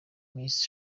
miss